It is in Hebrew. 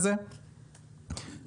המנכ"לית דיברה אז אני לא אחזור.